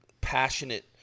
passionate